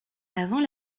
avant